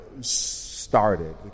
started